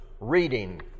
reading